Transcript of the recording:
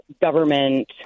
government